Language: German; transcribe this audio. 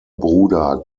bruder